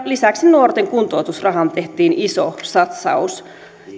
lisäksi nuorten kuntoutusrahaan tehtiin iso satsaus